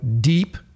deep